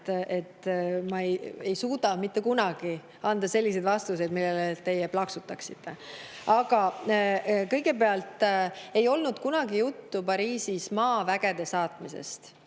et ma ei suuda mitte kunagi anda selliseid vastuseid, millele teie plaksutaksite. Aga kõigepealt, ei ole olnud kunagi juttu Pariisis maavägede saatmisest.